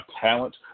talent